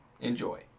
enjoy